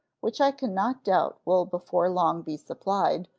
which i can not doubt will before long be supplied,